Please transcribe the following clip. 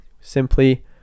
Simply